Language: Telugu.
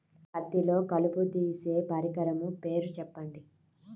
పత్తిలో కలుపు తీసే పరికరము పేరు చెప్పండి